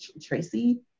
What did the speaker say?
Tracy